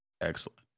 Excellent